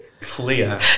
clear